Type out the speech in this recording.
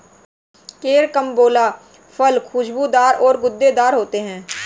carambola फल खुशबूदार और गूदेदार होते है